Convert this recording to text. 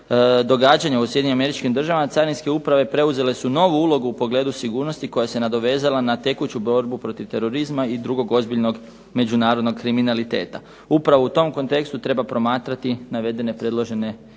u tom kontekstu treba promatrati navedene predložene izmjene